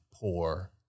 poor